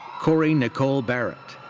corey nicole barrett.